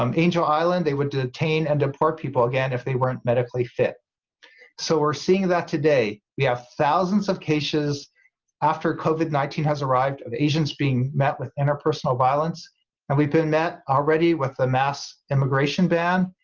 um angel island they would detain and deport people again if they weren't medically fit so we're seeing that today we have thousands of cases after covid nineteen has arrived of asians being met with interpersonal violence and we've been met already with the mass immigration ban,